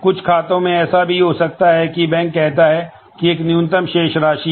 कुछ बैंकों में ऐसा भी हो सकता है कि बैंक कहता है कि एक न्यूनतम शेष राशि है